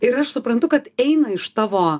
ir aš suprantu kad eina iš tavo